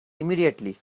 immediately